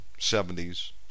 70s